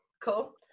Cool